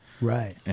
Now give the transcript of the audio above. Right